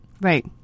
Right